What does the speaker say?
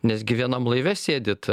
nes gi vienam laive sėdit